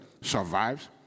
survives